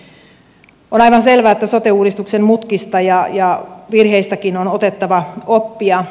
on aivan selvää että sote uudistuksen mutkista ja virheistäkin on otettava oppia